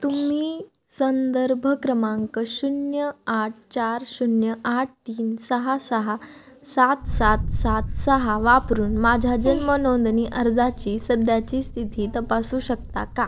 तुम्ही संदर्भ क्रमांक शून्य आठ चार शून्य आठ तीन सहा सहा सात सात सात सहा वापरून माझ्या जन्म नोंदणी अर्जाची सध्याची स्थिती तपासू शकता का